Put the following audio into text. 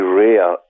rare